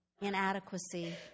inadequacy